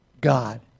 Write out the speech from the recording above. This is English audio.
God